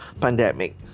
pandemic